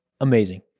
amazing